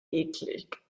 eklig